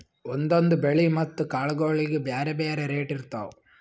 ಒಂದೊಂದ್ ಬೆಳಿ ಮತ್ತ್ ಕಾಳ್ಗೋಳಿಗ್ ಬ್ಯಾರೆ ಬ್ಯಾರೆ ರೇಟ್ ಇರ್ತವ್